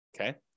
Okay